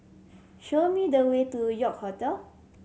show me the way to York Hotel